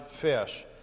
fish